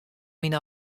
myn